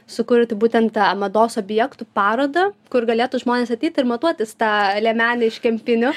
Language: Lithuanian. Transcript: sukurti būtent tą mados objektų parodą kur galėtų žmonės ateiti ir matuotis tą liemenę iš kempinių